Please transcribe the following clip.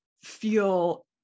feel